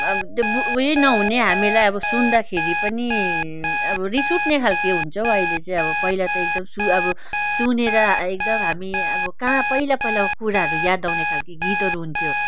अब त्यो उयो नहुने हामीलाई अब सुन्दाखेरि पनि अब रिस उठ्ने खाले हुन्छ हो अहिले चाहिँ अब पहिला त एकदम सु अब सुनेर एकदम हामी अब कहाँ पहिला पहिलाको कुराहरू याद आउने खाले गीतहरू हुन्थ्यो